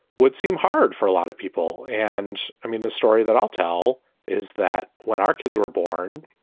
would seem hard for a lot of people. and i mean, the story that i'll tell is that when our kids were born,